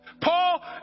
Paul